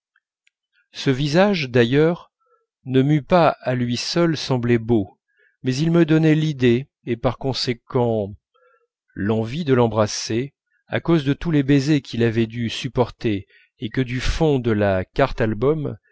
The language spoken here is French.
ce visage d'ailleurs ne m'eût pas à lui seul semblé beau mais il me donnait l'idée et par conséquent l'envie de l'embrasser à cause de tous les baisers qu'il avait dû supporter et que du fond de la